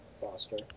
Foster